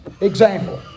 Example